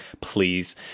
please